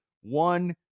one